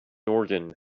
organ